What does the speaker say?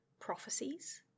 Prophecies